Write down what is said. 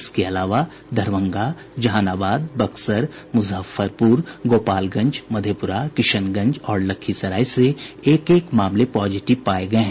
इसके अलावा दरभंगा जहानाबाद बक्सर मुजफ्फरपुर गोपालगंज मधेपुरा किशनगंज और लखीसराय से एक एक मामले पॉजिटिव पाये गये हैं